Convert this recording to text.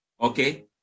okay